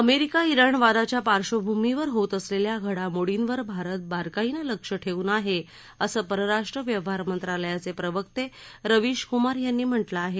America Iran वादाच्या पार्श्वभूमीवर होत असलेल्या घडामोडींवर भारत बारकाईनं लक्ष ठेवून आहे असं परराष्ट्र व्यवहार मंत्रालयाचे प्रवक्ते रविश क्मार यांनी म्हटलं आहे